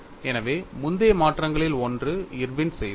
எனவே முந்தைய மாற்றங்களில் ஒன்று இர்வின் செய்தார்